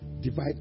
divide